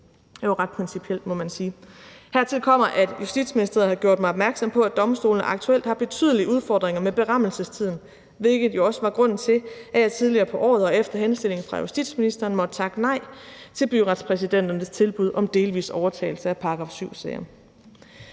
Det er jo ret principielt, må man sige. Hertil kommer, at Justitsministeriet har gjort mig opmærksom på, domstolene aktuelt har betydelige udfordringer med berammelsestiden, hvilket jo også var grunden til, at jeg tidligere på året og efter henstilling fra justitsministeren har måttet takke nej til byretspræsidenternes tilbud om delvis overtagelse af § 7-sager.